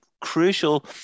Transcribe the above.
crucial